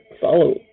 follow